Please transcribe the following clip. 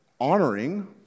honoring